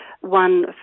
One